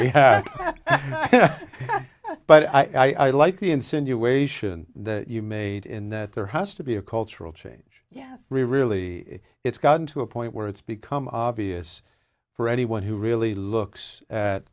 read but i like the insinuation you made in that there has to be a cultural change yes really it's gotten to a point where it's become obvious for anyone who really looks at